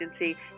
agency